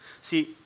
See